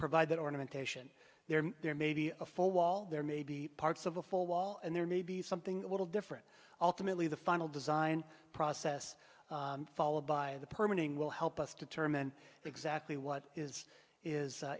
provide that ornamentation there there may be a full wall there may be parts of a full wall and there may be something a little different ultimately the final design process followed by the permanent will help us determine exactly what is is